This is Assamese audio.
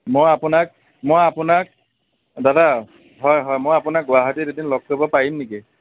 মই আপোনাক মই আপোনাক দাদা হয় হয় মই আপোনাক গুৱাহাটীত এদিন লগ কৰিব পাৰিম নেকি